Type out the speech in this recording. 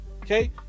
okay